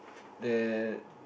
the